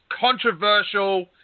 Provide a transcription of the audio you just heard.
controversial